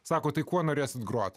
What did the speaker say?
sako tai kuo norės groti